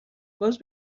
گاز